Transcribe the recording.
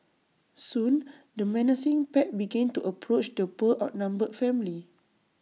soon the menacing pack began to approach the poor outnumbered family